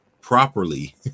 properly